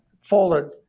folded